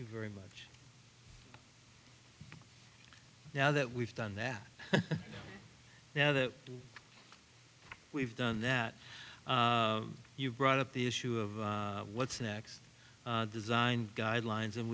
you very much now that we've done that now that we've done that you've brought up the issue of what's next designed guidelines and